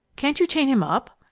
can't you chain him up?